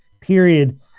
period